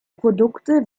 produkte